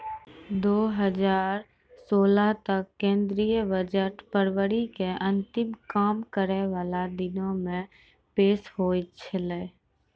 दु हजार सोलह तक केंद्रीय बजट फरवरी के अंतिम काम करै बाला दिनो मे पेश होय छलै